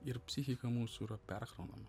ir psichika mūsų yra perkraunama